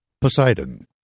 Poseidon